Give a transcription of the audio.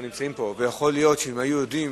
לא מקדמת נושא זה ו-9 מיליוני קוב מים אובדים.